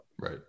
Right